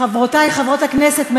חברותי חברות הכנסת,